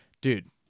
dude